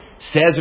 Says